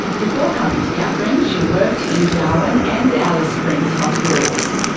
before coming to katherine, she worked in darwin and alice springs hospitals.